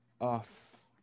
off